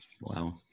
wow